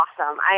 awesome